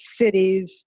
cities